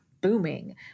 booming